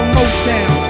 Motown